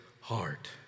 heart